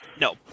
No